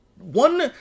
one